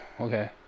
okay